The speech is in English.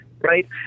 right